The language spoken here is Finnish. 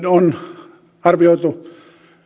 on arvioitu